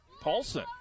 Paulson